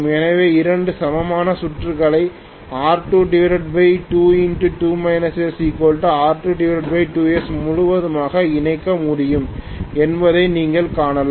எனவே இரண்டு சமமான சுற்றுகளை R22R22s முழுவதுமாக இணைக்க முடியும் என்பதை நீங்கள் காணலாம்